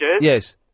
Yes